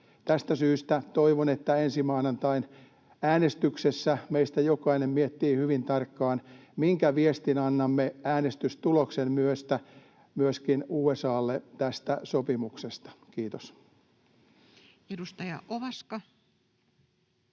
Tästä syystä toivon, että ensi maanantain äänestyksessä meistä jokainen miettii hyvin tarkkaan, minkä viestin annamme äänestystuloksen myötä myöskin USA:lle tästä sopimuksesta. — Kiitos. [Speech 65]